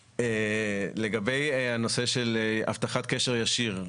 לגבי הנושא של הבטחת קשר ישיר,